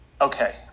Okay